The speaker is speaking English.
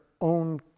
own